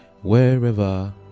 wherever